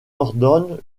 ordonne